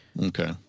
okay